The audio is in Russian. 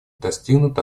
достигнут